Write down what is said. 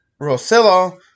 Rosillo